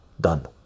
done